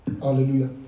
Hallelujah